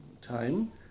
time